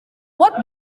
what